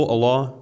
Allah